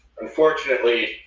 unfortunately